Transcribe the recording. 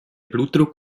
blutdruck